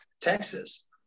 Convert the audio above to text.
Texas